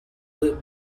lit